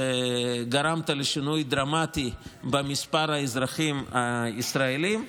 וגרמת לשינוי דרמטי במספר האזרחים הישראלים,